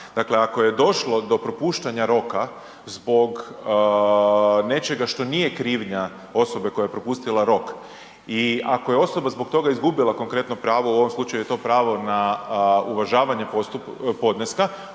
Dakle, ako je došlo do propuštanje roka, zbog nečega što nije krivnja osobe koja je propustila rok i ako je osoba zbog toga gubila konkretno pravo, u ovom slučaju je to pravo na uvažavanje podneska,